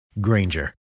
Granger